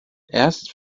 erst